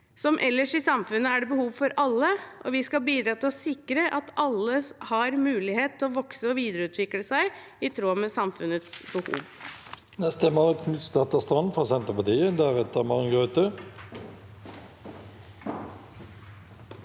Som ellers i samfunnet er det behov for alle, og vi skal bidra til å sikre at alle har mulighet til å vokse og videreutvikle seg, i tråd med samfunnets behov.